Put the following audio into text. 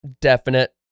definite